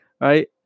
right